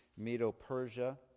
Medo-Persia